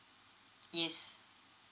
yes